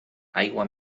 aigua